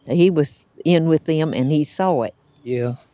ah he was in with them, and he saw it yeah.